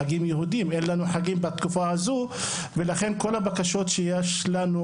חגים יהודים אין לנו חגים בתקופה הזו ולכן כל הבקשות שיש לנו,